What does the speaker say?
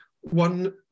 One